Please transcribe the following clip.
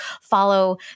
follow